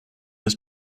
his